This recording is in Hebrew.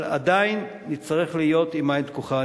אבל עדיין נצטרך להיות עם עין פקוחה.